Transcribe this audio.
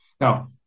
Now